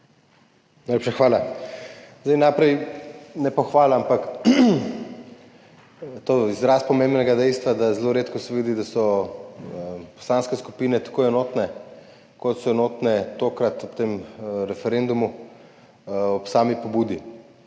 Najlepša hvala. Najprej ne pohvala, ampak izraz pomembnega dejstva, da se zelo redko vidi, da so poslanske skupine tako enotne, kot so enotne tokrat ob tem referendumu, ob sami pobudi.